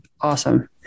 Awesome